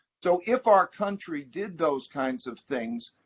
so if our country did those kinds of things,